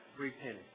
repent